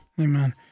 Amen